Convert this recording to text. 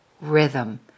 rhythm